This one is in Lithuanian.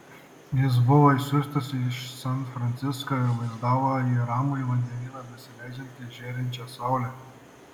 jis buvo išsiųstas iš san francisko ir vaizdavo į ramųjį vandenyną besileidžiančią žėrinčią saulę